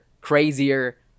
crazier